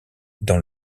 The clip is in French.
dans